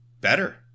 better